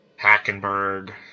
Hackenberg